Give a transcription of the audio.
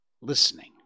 listening